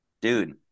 Dude